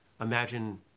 Imagine